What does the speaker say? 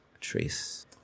trace